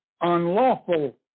unlawful